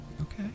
Okay